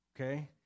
okay